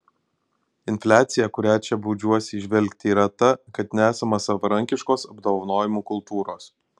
infliacija kurią čia baudžiuosi įžvelgti yra ta kad nesama savarankiškos apdovanojimų kultūros